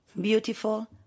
beautiful